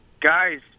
Guys